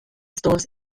stores